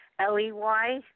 L-E-Y